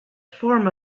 form